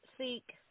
seek